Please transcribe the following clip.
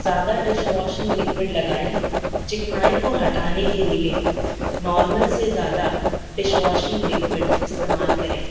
زیادہ dish washing liquid لگائیں چکنائی کو ہٹانے کے لیے نارمل سے زیادہ ڈش واشنگ لکوئڈ استعمال کریں